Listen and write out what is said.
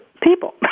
people